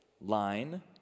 line